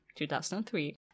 2003